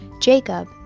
Jacob